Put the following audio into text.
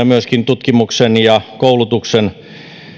myöskin tutkimuksen ja koulutuksen